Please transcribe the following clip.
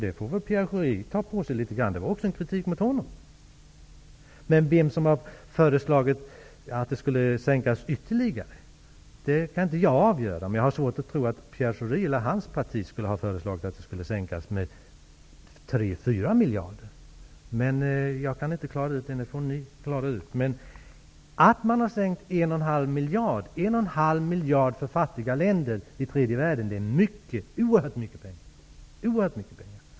Det får väl Pierre Schori ta på sig litet grand. Det var en kritik också mot honom. Men vem som har förslagit att biståndet skall sänkas ytterligare kan inte jag avgöra. Jag har svårt att tro att Pierre Schori eller hans parti skulle ha föreslagit att det skulle sänkas med 3-4 miljarder. Jag kan inte klara ut det. Det får ni klara ut. Man har sänkt biståndet med 1,5 miljarder för fattiga länder i tredje världen, och det är oerhört mycket pengar.